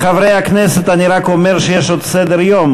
לחברי הכנסת, אני רק אומר שיש עוד סדר-יום.